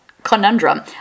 Conundrum